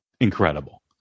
incredible